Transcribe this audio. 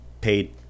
paid